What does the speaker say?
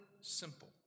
simple